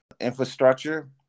Infrastructure